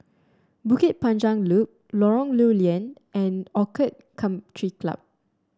Bukit Panjang Loop Lorong Lew Lian and Orchid Country Club